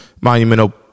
monumental